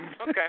Okay